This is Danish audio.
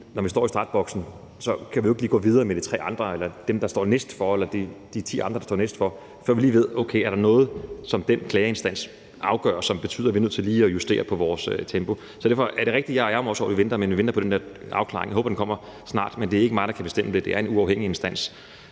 at vi, når vi står i startboksen, ikke lige kan gå videre med de ti andre, der står næstefter, før vi ved, om der er noget, som den klageinstans afgør, der betyder, at vi lige er nødt til at justere vores tempo. Så derfor er det rigtigt, og jeg er også ærgerlig over, at vi venter, men vi venter på den afklaring. Jeg håber, at den kommer snart, men det er ikke mig, der kan bestemme det; det er en uafhængig instans,